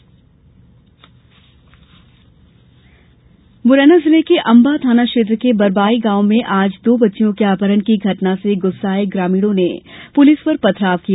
आक्रोश मुरैना जिले के अम्बा थाना क्षेत्र के बरबाई गांव में आज दो बच्चियों के अपरहण की घटना से गुस्साएं ग्रामीणों ने पुलिस पर पथराव किया